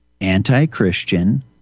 anti-Christian